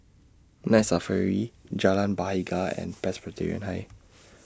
Night Safari Jalan Bahagia and Presbyterian High